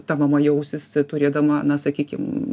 ta mama jausis turėdama na sakykim